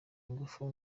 ingufu